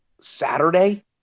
Saturday